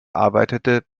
arbeitete